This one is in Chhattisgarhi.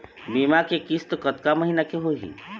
बीमा के किस्त कतका महीना के होही?